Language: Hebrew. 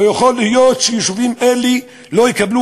לא יכול להיות שיישובים אלה לא יקבלו